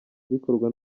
bikorwa